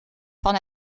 van